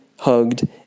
Hugged